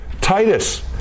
Titus